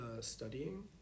studying